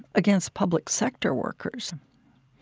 against public sector workers.